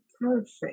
perfect